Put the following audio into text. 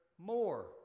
more